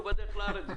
הוא כבר בדרך לארץ.